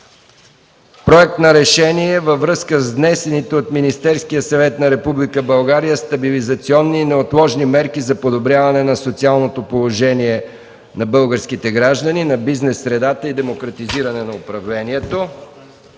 Проект на решение във връзка с внесените от Министерския съвет на Република България „Стабилизационни и неотложни мерки за подобряване на социалното положение на българските граждани, на бизнес средата и демократизиране на управлението”.